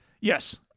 Yes